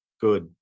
good